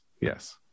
Yes